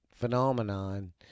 phenomenon